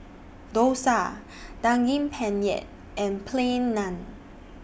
Dosa Daging Penyet and Plain Naan